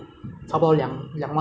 他做都错 ah